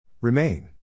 Remain